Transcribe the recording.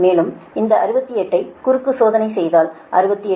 மேலும் இந்த 68 ஐ குறுக்கு சோதனை செய்தால் 68